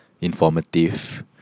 Informative